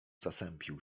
zasępił